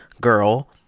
girl